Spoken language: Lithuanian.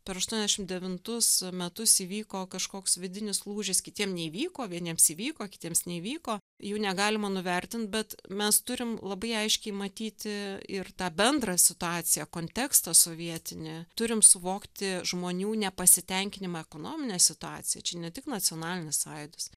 per aštuoniasdešim devintus metus įvyko kažkoks vidinis lūžis kitiem neįvyko vieniems įvyko kitiems neįvyko jų negalima nuvertint bet mes turim labai aiškiai matyti ir tą bendrą situaciją kontekstą sovietinį turim suvokti žmonių nepasitenkinimą ekonomine situacija čia ne tik nacionalinis sąjūdis